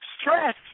Stress